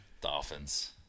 Dolphins